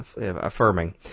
affirming